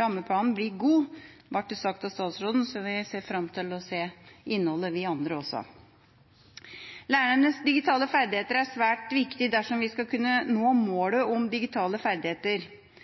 Rammeplanen blir god, ble det sagt av statsråden, så vi ser fram til å se innholdet, vi andre også. Lærernes digitale ferdigheter er svært viktige dersom vi skal kunne nå målet om